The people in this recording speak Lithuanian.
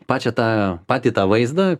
pačią tą patį tą vaizdą